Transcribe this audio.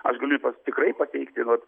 aš galiu ir pats tikrai pateikti